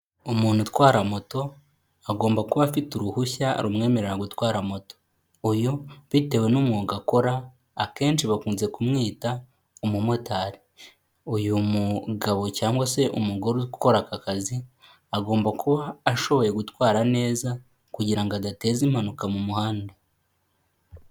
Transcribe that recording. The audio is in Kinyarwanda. Umuntu utwara moto agomba kuba afite uruhushya rumwemerera gutwara moto, uyu bitewe n'umwuga akora akenshi bakunze kumwita umumotari, uyu mugabo cyangwa se umugore ukora aka kazi agomba kuba ashoboye gutwara neza kugira ngo adateza impanuka mu muhanda.